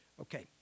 Okay